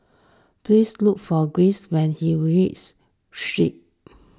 please look for Giles when he Street